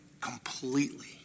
completely